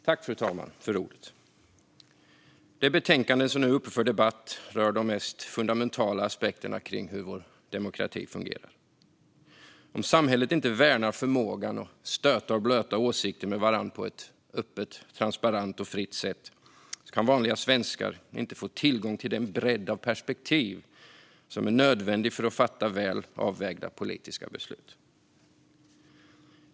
Fru talman! Det betänkande som nu är uppe för debatt rör de mest fundamentala aspekterna av hur vår demokrati fungerar. Om samhället inte värnar förmågan att stöta och blöta åsikter med varandra på ett öppet, transparent och fritt sätt kan inte vanliga svenskar få tillgång till den bredd av perspektiv som är nödvändig för att kunna fatta väl avvägda politiska beslut.